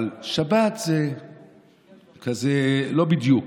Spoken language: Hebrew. אבל שבת זה כזה לא בדיוק.